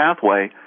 pathway